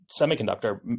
semiconductor